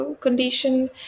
condition